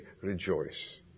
rejoice